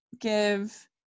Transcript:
give